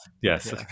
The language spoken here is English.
Yes